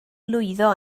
lwyddo